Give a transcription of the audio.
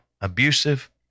abusive